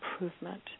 improvement